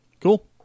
Cool